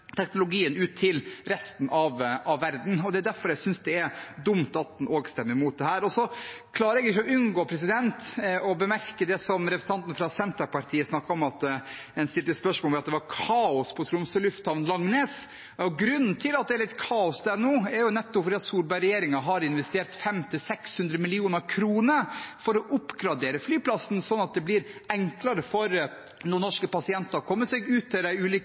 teknologien ut til resten av verden. Det er derfor jeg syns det er dumt at en også stemmer imot dette. Jeg klarer ikke å unngå å bemerke at representanten fra Senterpartiet snakket om at det var kaos på Tromsø lufthavn, Langnes. Grunnen til at det er litt kaos der nå, er nettopp at Solberg-regjeringen har investert 500–600 mill. kr for å oppgradere flyplassen sånn at det blir enklere for nordnorske pasienter å komme seg ut til de ulike